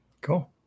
Cool